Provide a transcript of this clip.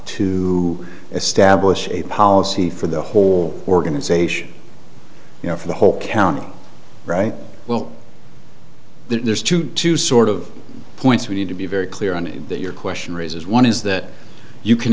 to establish a policy for the whole organization you know for the whole county right well there's two two sort of points we need to be very clear on that your question raises one is that you can